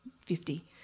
Fifty